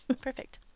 Perfect